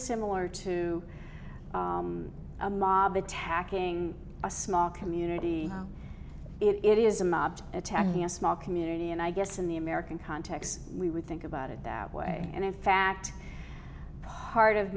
similar to a mob attacking a small community it is a mob attacking a small community and i guess in the american context we would think about it that way and in fact part of